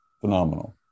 Phenomenal